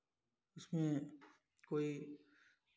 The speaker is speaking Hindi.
इसमें कोई